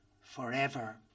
forever